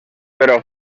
però